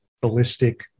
ballistic